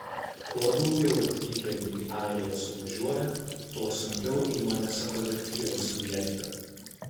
kuo daugiau atvykėlių į airiją suvažiuoja tuo sunkiau įmonėse kolektyvą suvienyti